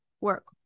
work